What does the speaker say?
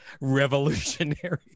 revolutionary